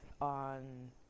on